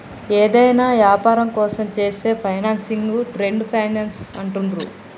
యేదైనా యాపారం కోసం చేసే ఫైనాన్సింగ్ను ట్రేడ్ ఫైనాన్స్ అంటరు